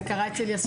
זה קרה אצל...